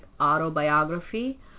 autobiography